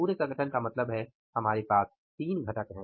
पुरे संगठन का मतलब है हमारे पास तीन घटक हैं